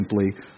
simply